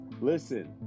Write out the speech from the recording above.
listen